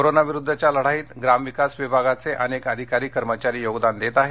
कोरोनाविरुद्धच्या लढाईत ग्रामविकास विभागाचे अनेक अधिकारी कर्मचारी योगदान देत आहेत